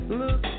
look